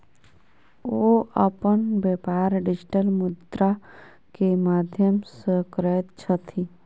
ओ अपन व्यापार डिजिटल मुद्रा के माध्यम सॅ करैत छथि